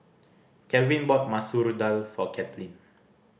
Calvin bought Masoor Dal for Kathlene